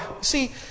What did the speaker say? see